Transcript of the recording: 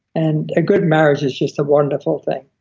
and a good marriage is just a wonderful thing